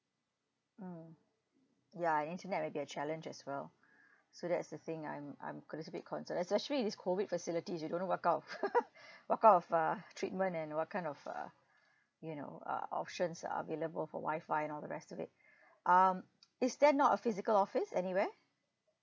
mm ya internet maybe a challenge as well so that's the thing I'm I'm a little bit concern especially this COVID facilities you don't know what kind of what kind of uh treatment and what kind of uh you know uh options are available for wifi and all the rest of it um is there not a physical office anywhere